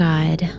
God